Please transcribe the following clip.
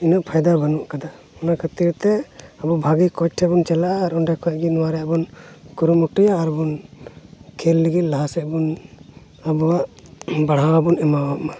ᱤᱱᱟᱹᱜ ᱯᱷᱟᱭᱫᱟ ᱵᱟᱹᱱᱩᱜ ᱠᱟᱫᱟ ᱚᱱᱟ ᱠᱷᱟᱹᱛᱤᱨᱛᱮ ᱟᱵᱚ ᱵᱷᱟᱹᱜᱤ ᱠᱳᱪ ᱴᱷᱮᱱ ᱵᱚᱱ ᱪᱟᱞᱟᱜᱼᱟ ᱟᱨ ᱚᱸᱰᱮ ᱠᱷᱚᱡ ᱱᱚᱣᱟ ᱨᱮᱭᱟᱜ ᱵᱚᱱ ᱠᱩᱨᱩᱢᱩᱴᱩᱭᱟ ᱟᱨ ᱵᱚᱱ ᱠᱷᱮᱞ ᱞᱟᱹᱜᱤᱫ ᱞᱟᱦᱟ ᱥᱮᱫ ᱵᱚᱱ ᱟᱵᱚᱣᱟᱜ ᱵᱟᱲᱦᱟᱣ ᱦᱚᱸ ᱵᱚᱱ ᱮᱢᱟᱣᱟᱜ ᱢᱟ